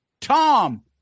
Tom